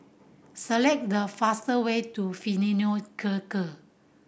select the fast way to Fidelio Circus